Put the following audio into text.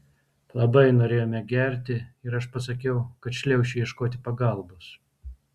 labai norėjome gerti ir aš pasakiau kad šliaušiu ieškoti pagalbos